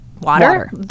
water